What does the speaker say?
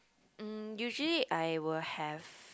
mm usually I will have